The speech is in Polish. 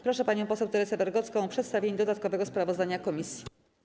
Proszę panią poseł Teresę Wargocką o przedstawienie dodatkowego sprawozdania komisji.